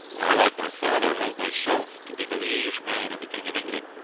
i, like my father, held myself to be the liege man of the king of england.